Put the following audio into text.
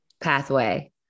pathway